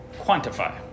quantify